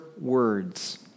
words